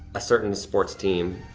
a certain sports team.